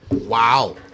wow